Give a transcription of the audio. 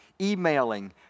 emailing